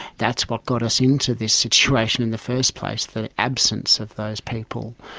that's what got us into this situation in the first place, the absence of those people.